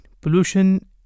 pollution